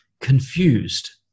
confused